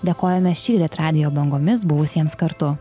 dėkojame šįryt radijo bangomis buvusiems kartu